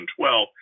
2012